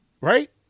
right